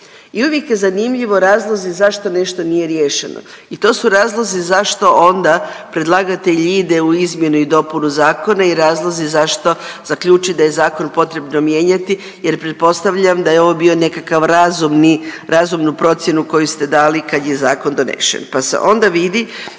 i uvijek je zanimljivo razlozi zašto nešto nije riješeno i to su razlozi zašto onda predlagatelj ide u izmjenu i dopunu zakona i razlozi zašto zaključi da je zakon potrebno mijenjati jer pretpostavljam da je ovo bio nekakav razumni, razumnu procjenu koju ste dali kad je zakon donešen pa se onda vidi